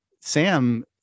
Sam